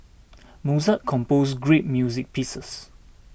Mozart composed great music pieces